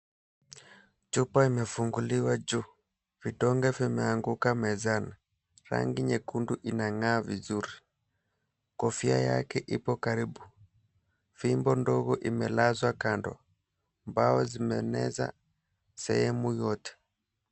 Chupa imefunguliwa juu. Vitonge vimeanguka mezani. Rangi nyekundu inang'aa vizuri. Kofia yake ipo karibu. Fimbo ndogo imelazwa kando. Mbao zimeneza sehemu yote.